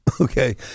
okay